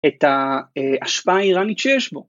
‫את ההשפעה האיראנית שיש בו.